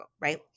right